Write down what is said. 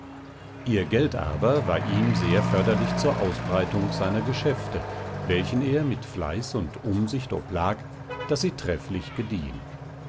ihr geld aber war ihm sehr förderlich zur ausbreitung seiner geschäfte welchen er mit fleiß und umsicht oblag daß sie trefflich gediehen